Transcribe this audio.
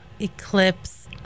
Eclipse